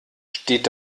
steht